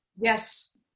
Yes